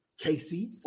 Casey